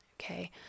okay